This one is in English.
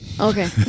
Okay